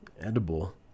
edible